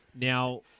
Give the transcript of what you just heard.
Now